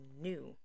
new